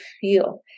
feel